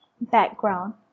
Background